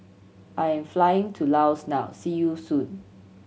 I am flying to Laos now see you soon